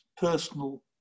personal